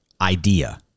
idea